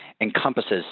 encompasses